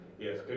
Yes